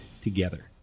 together